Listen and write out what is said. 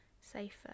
safer